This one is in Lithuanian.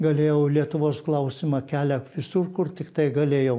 galėjau lietuvos klausimą kelti visur kur tiktai galėjau